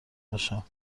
باشم